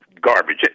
garbage